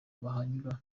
bahanyura